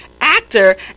actor